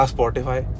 Spotify